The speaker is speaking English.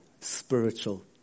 spiritual